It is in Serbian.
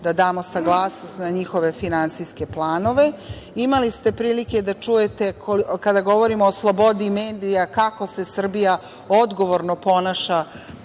da damo saglasnost na njihove finansijske planove. Imali ste prilike da čujete kada govorimo o slobodi medija kako se Srbija odgovorno ponaša